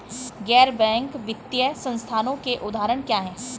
गैर बैंक वित्तीय संस्थानों के उदाहरण क्या हैं?